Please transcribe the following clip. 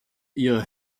ihre